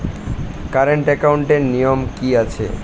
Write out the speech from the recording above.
Current একাউন্টের নিয়ম কী আছে?